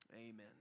Amen